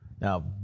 Now